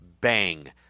bang